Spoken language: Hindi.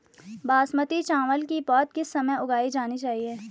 बासमती चावल की पौध किस समय उगाई जानी चाहिये?